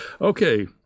okay